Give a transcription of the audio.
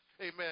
amen